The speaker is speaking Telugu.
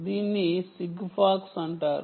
దీన్ని సిగ్ఫాక్స్ అంటారు